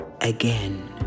again